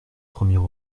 premier